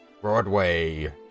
Broadway